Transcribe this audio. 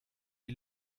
die